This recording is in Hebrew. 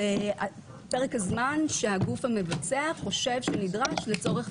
זה פרק הזמן שהגוף המבצע חושב שנדרש לצורך